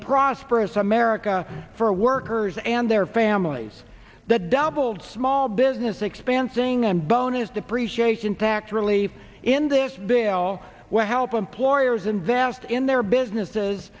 prosperous america for workers and their families that doubled small business expensing and bonus depreciation tax relief in this bill will help employers invest in their businesses